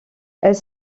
elles